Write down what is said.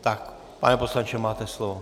Tak pane poslanče, máte slovo.